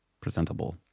presentable